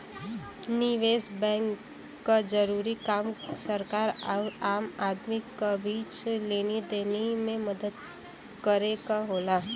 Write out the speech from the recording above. निवेस बैंक क जरूरी काम सरकार आउर आम आदमी क बीच लेनी देनी में मदद करे क होला